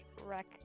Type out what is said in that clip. wreck